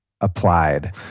applied